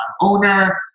owner